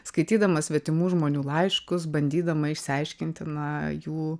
skaitydama svetimų žmonių laiškus bandydama išsiaiškinti na jų